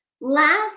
last